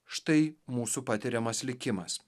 štai mūsų patiriamas likimas